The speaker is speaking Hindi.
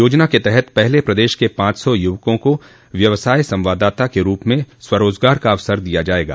योजना के तहत पहले प्रदेश के पांच सौ युवकों को व्यवसाय संवाददाता के रूप में स्वरोज़गार का अवसर दिया जायेगा